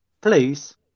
please